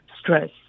stress